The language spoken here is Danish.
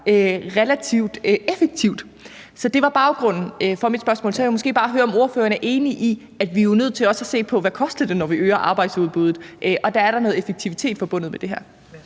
relativt effektivt. Så det var baggrunden for mit spørgsmål. Så vil jeg måske bare høre, om ordføreren er enig i, at vi er nødt til også at se på, hvad det koster, når vi øger arbejdsudbuddet, og der er der noget effektivitet forbundet med det her.